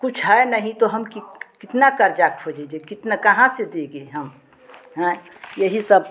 कुछ है नहीं तो हम कितना कर्जा खोजे जे कितना कहाँ से देगे हम हाँ यही सब